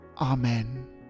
Amen